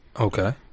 Okay